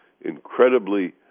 incredibly